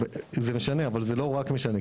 זה משנה אבל זה לא רק משנה,